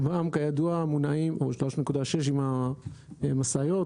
3,600,000 עם משאיות.